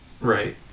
right